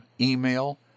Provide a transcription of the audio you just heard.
email